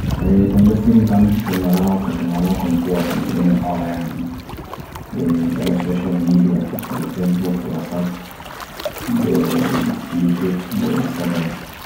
Tom Lofiri Kham, Tomiwala Wakham, Tomiwala Wakham, Huwakam, Edonyo Awa Yamun. Dada social media akon the Facebook, WhatsApp, Be YouTube, Be Instagram.